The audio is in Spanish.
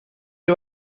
del